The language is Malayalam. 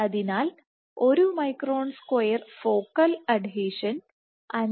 അതിനാൽ 1 മൈക്രോൺ സ്ക്വയർ ഫോക്കൽ അഡ്ഹീഷൻ 5